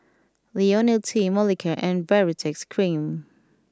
Ionil T Molicare and Baritex Cream